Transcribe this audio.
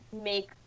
make